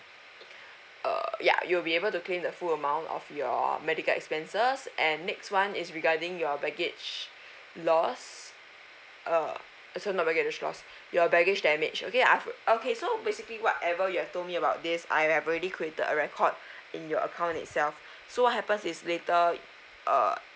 err ya you will be able to claim the full amount of your medical expenses and next one is regarding your baggage lost uh sorry not baggages lost your baggage damage okay I've okay so basically whatever you have told me about this I've already created a record in your account itself so what happens is later uh